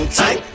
tight